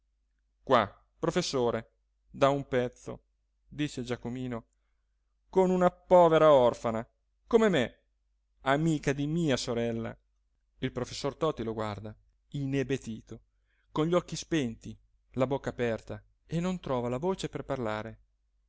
qua professore da un pezzo dice giacomino con una povera orfana come me amica di mia sorella il professor toti lo guarda inebetito con gli occhi spenti la bocca aperta e non trova la voce per parlare